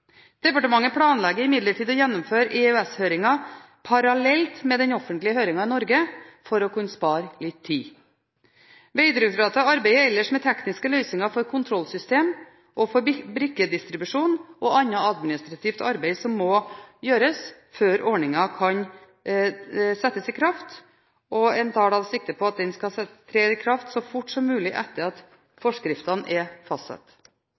Departementet planlegger imidlertid å gjennomføre EØS-høringen parallelt med den offentlige høringen i Norge for å kunne spare litt tid. Vegdirektoratet arbeider ellers med tekniske løsninger for kontrollsystem og brikkedistribusjon og med annet administrativt arbeid som må gjøres før ordningen kan tre i kraft, og en tar sikte på at det skal skje så fort som mulig etter at forskriftene er fastsatt.